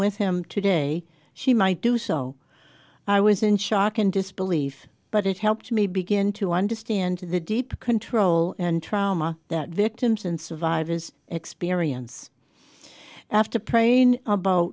with him today she might do so i was in shock and disbelief but it helped me begin to understand the deep control and trauma that victims and survivors experience after praying about